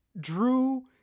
drew